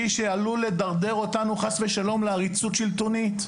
שעלול לדרדר אותנו חס ושלום לעריצות שלטונית,